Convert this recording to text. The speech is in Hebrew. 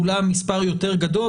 אולי המספר יותר גדול,